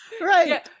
Right